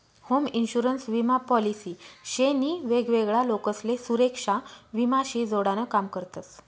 home insurance विमा policy शे नी वेगवेगळा लोकसले सुरेक्षा विमा शी जोडान काम करतस